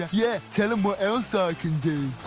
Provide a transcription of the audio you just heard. yeah, tell em what else i can do.